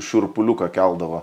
šiurpuliuką keldavo